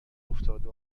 افتاده